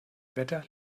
wetter